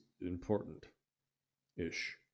important-ish